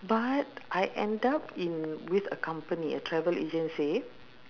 but I end up in with a company a travel agency